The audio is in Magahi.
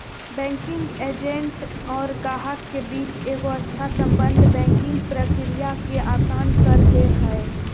बैंकिंग एजेंट और गाहक के बीच एगो अच्छा सम्बन्ध बैंकिंग प्रक्रिया के आसान कर दे हय